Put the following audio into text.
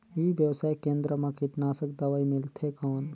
ई व्यवसाय केंद्र मा कीटनाशक दवाई मिलथे कौन?